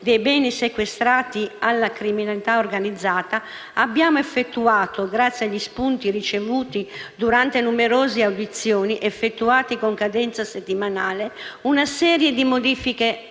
dei beni sequestrati alla criminalità organizzata, abbiamo effettuato, grazie agli spunti ricevuti durante numerose audizioni effettuate con cadenza settimanale, una serie di modifiche